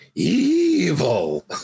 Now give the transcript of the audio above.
evil